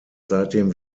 seitdem